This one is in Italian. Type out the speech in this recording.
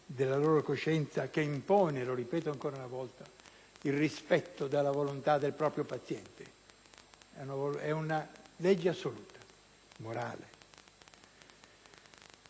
della loro coscienza, che impone - lo ripeto ancora una volta - il rispetto della volontà del proprio paziente (è una legge morale